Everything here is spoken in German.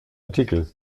artikel